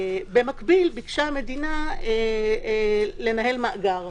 במקביל, ביקשה המדינה לנהל מאגר.